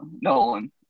Nolan